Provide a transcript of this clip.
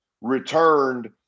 returned